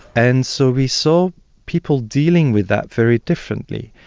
and so we saw people dealing with that very differently.